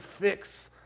fix